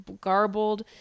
garbled